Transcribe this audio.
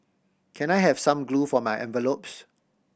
can I have some glue for my envelopes